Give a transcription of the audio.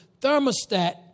thermostat